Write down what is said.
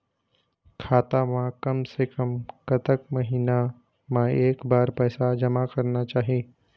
खाता मा कम से कम कतक महीना मा एक बार पैसा जमा करना चाही?